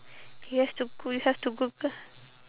we have to we have to google